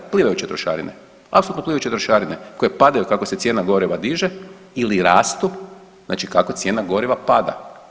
Plivajuće trošarine, apsolutno plivajuće trošarine koje padaju kako se cijena goriva diže ili rastu znači kako cijena goriva pada.